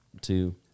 two